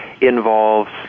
involves